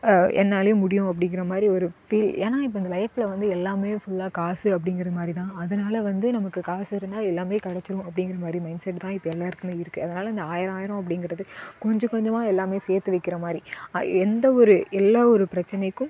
என்னாலையும் முடியும் அப்படிங்கிற மாதிரி ஒரு பீல் ஏன்னா இப்போ இந்த லைஃப் வந்து எல்லாம் ஃபுல்லாக காசு அப்படிங்கிற மாதிரி தான் அதுனால் வந்து நமக்கு காசு இருந்தால் எல்லாம் கிடைச்சுரும் அப்படிங்குற மாதிரி மைண்ட் செட் தான் இப்போ எல்லாருக்கும் இருக்குது அதனால இந்த ஆயிரம் ஆயிரம் அப்படிங்கிறது கொஞ்சம் கொஞ்சமாக எல்லாம் சேர்த்து வைக்கிற மாதிரி எந்த ஒரு எல்லாம் ஒரு பிரச்சனைக்கும்